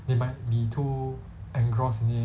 they might be too engrossed in it